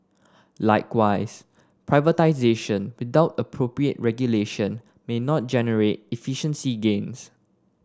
likewise privatisation without appropriate regulation may not generate efficiency gains